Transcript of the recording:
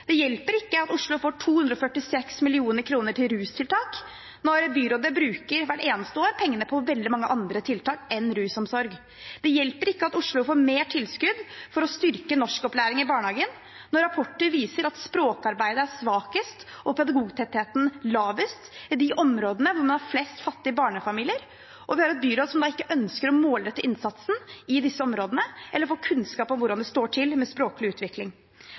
det mangler 400 barnehagelærere. Det hjelper ikke at Oslo får 246 mill. kr til rustiltak når byrådet hvert eneste år bruker pengene på veldig mange andre tiltak enn rusomsorg. Det hjelper ikke at Oslo får mer tilskudd for å styrke norskopplæring i barnehagen når rapporter viser at språkarbeidet er svakest og pedagogtettheten lavest i de områdene som har flest fattige barnefamilier, og at vi har et byråd som ikke ønsker å målrette innsatsen i disse områdene eller å få kunnskap om hvordan det står til med språklig utvikling.